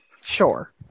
Sure